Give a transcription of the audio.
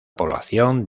población